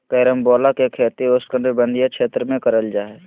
carambola के खेती उष्णकटिबंधीय क्षेत्र में करल जा हय